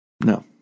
No